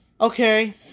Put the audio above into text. Okay